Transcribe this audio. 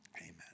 Amen